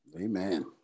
Amen